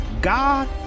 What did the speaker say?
God